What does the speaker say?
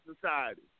society